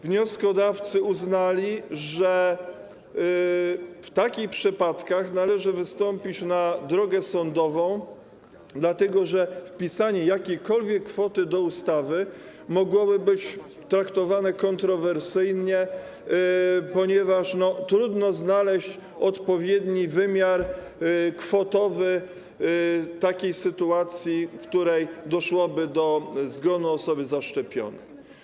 Wnioskodawcy uznali, że w takich przypadkach należy wystąpić na drogę sądową, dlatego że wpisanie jakiejkolwiek kwoty do ustawy mogłoby być traktowane jako kontrowersyjne, ponieważ trudno znaleźć odpowiedni wymiar kwotowy w odniesieniu do sytuacji, w której doszłoby do zgonu osoby zaszczepionej.